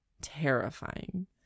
terrifying